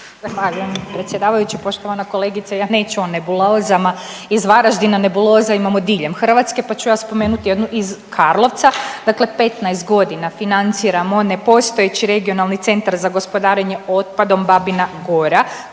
Zahvaljujem predsjedavajući. Poštovana kolegice ja neću o nebulozama iz Varaždina, nebuloza imamo diljem Hrvatske, pa ću ja spomenuti jednu iz Karlovca. Dakle 15 godina financiramo nepostojeći regionalni centar za gospodarenje otpadom Babina Gora